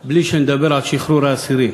יעבור בלי שנדבר על שחרור האסירים.